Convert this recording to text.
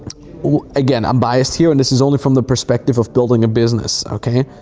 ah again, i'm biased here, and this is only from the perspective of building a business, okay?